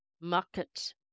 market